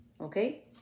okay